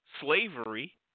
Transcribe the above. slavery